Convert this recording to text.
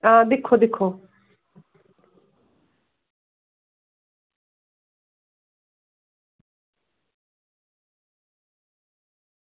हां दिक्खो दिक्खो